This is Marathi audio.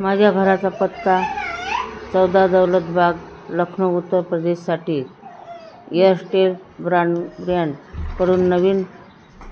माझ्या घराचा पत्ता चौदा दौलत बाग लखनौ उत्तर प्रदेशसाठी एअरस्टेल ब्रँडब्रँड करून नवीन